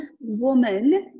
woman